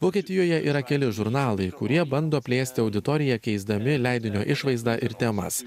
vokietijoje yra keli žurnalai kurie bando plėsti auditoriją keisdami leidinio išvaizdą ir temas